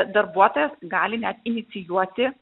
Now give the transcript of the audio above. darbuotojas gali net inicijuoti